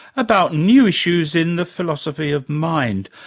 about new issues in the philosophy of mind.